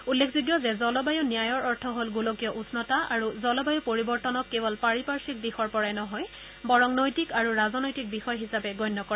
উল্লেখযোগ্য যে জলবায়ু ন্যায়ৰ অৰ্থ হল গোলকীয় উষ্ণতা আৰু জলবায়ু পৰিৱৰ্তনক কেৱল পাৰিপাৰ্থিক দিশৰ পৰাই নহয় বৰং নৈতিক আৰু ৰাজনৈতিক বিষয় হিচাপে গণ্য কৰা